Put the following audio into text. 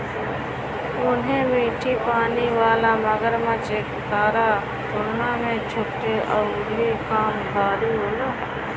उहे मीठा पानी वाला मगरमच्छ एकरा तुलना में छोट अउरी कम भारी होला